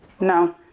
No